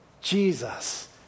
Jesus